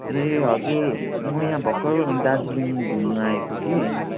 ए हजुर म यहाँ भर्खर दार्जिलिङ घुम्नु आएको कि